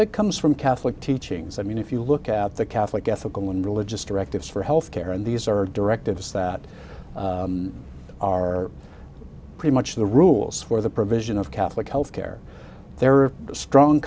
that comes from catholic teachings i mean if you look at the catholic ethical and religious directives for health care and these are directives that are pretty much the rules for the provision of catholic health care there are strong